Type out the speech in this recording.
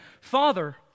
Father